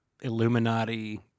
Illuminati